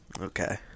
Okay